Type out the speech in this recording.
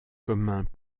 communs